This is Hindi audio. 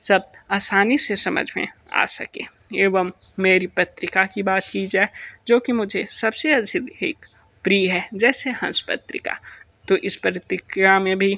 सब आसानी से समझ में आ सके एवं मेरी पत्रिका की बात की जाए जो कि मुझे सबसे अधिक प्रिय है जैसे हंस पत्रिका तो इस प्रतिक्रिया में भी